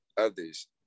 others